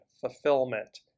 fulfillment